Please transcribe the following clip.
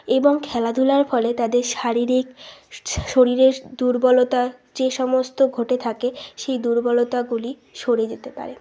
এবং খেলাধুলার ফলে তাদের শারীরিক শরীরের দুর্বলতা যে সমস্ত ঘটে থাকে সেই দুর্বলতাগুলি সরে যেতে পারে